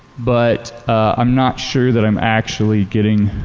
but i'm not sure that i'm actually getting